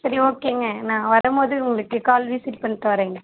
சரி ஓகேங்க நான் வரும் போது உங்களுக்குக் கால் விசிட் பண்ணிட்டு வர்றேங்க